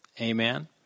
Amen